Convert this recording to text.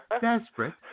desperate